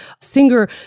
singer